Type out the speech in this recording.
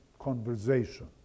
conversation